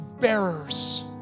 bearers